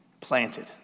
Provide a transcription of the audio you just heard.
planted